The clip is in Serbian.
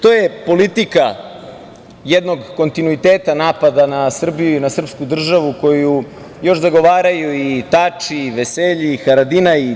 To je politika jednog kontinuiteta napada na Srbiju i na srpsku državu, koju još zagovaraju i Tači i Veselji i Haradinaj.